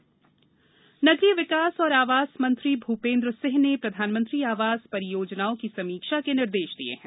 PM आवास नगरीय विकास और आवास मंत्री भूपेन्द्र सिंह ने प्रधानमंत्री आवास परियोजनाओं की समीक्षा के निर्देश दिये हैं